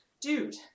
dude